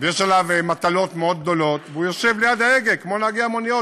ויש עליו מטלות מאוד גדולות והוא יושב ליד ההגה כמו נהגי המוניות,